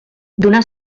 donar